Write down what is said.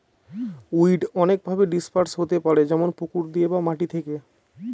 weed অনেকভাবে disperse হতে পারে যেমন পুকুর দিয়ে বা মাটি থেকে